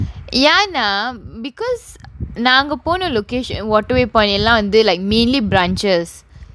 ya நா:naa because நாங்க போன:naanga pona location waterway point எல்லாம் வந்து:ellaam vanthu like mainly branches